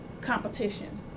competition